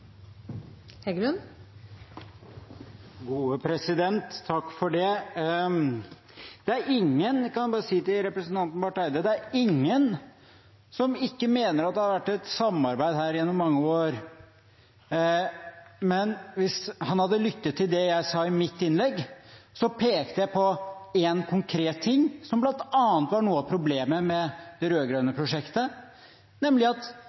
det kan jeg bare si til representanten Barth Eide – som ikke mener at det har vært et samarbeid her gjennom mange år. Men hvis han hadde lyttet til det jeg sa i mitt innlegg, så pekte jeg på én konkret ting som bl.a. var noe av problemet med det rød-grønne prosjektet, nemlig at